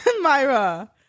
Myra